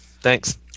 Thanks